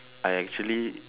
I actually